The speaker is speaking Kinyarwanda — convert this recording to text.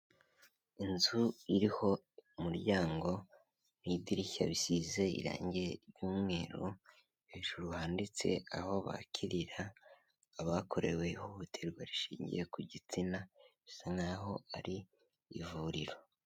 Inzu iriho umuryango n'idirishya risize irangi ry'umweru hejuru handitse aho bakirira abakorewe ihohoterwa rishingiye ku gitsina, risa naho ari ivuriro.